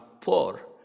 poor